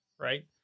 right